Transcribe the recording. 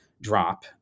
drop